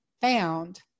found